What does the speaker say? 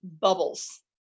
bubbles